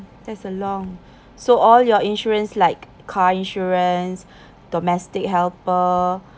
there's long so all your insurance like car insurance domestic helper